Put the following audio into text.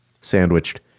sandwiched